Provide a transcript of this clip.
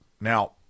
Now